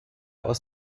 aus